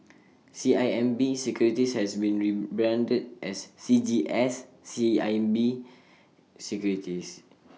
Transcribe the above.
C I M B securities has been rebranded as C G S C I M B securities